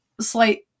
slight